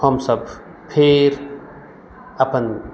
हमसभ फेर अपन